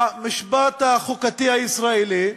במשפט החוקתי הישראלי,